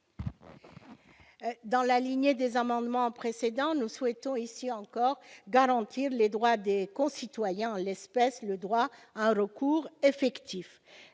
Dans la lignée des amendements précédents, nous souhaitons, une nouvelle fois, garantir les droits de nos concitoyens, en l'espèce le droit à un recours effectif.